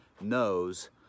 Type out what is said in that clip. knows